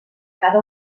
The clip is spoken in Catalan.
cada